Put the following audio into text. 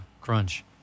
crunch